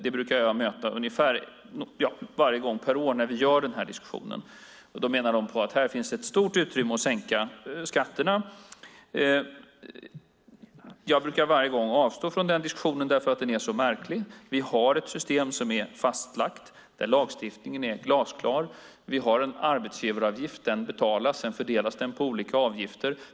Det brukar jag möta varje år när vi diskuterar. De menar att det finns ett stort utrymme för att sänka skatterna. Jag brukar varje gång avstå från den diskussionen, eftersom den är så märklig. Vi har ett system som är fastlagt och där lagstiftningen är glasklar. Vi har en arbetsgivaravgift. Den betalas, och sedan fördelas den på olika avgifter.